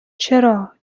چرا